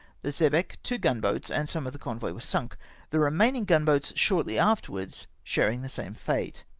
the xebec, two gun-boats, and some of the convoy were sunk the remaining gun-boats shortly afterwards sharing the same fate.